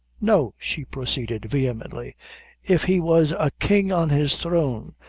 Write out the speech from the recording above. no, she proceeded, vehemently if he was a king on his throne,